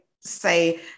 say